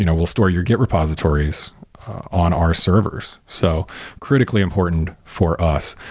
you know we'll store your git repositories on our servers, so critically important for us.